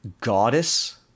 goddess